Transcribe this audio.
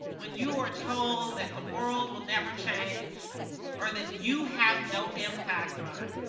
when you are told that the world will never change or that you have no impact on it.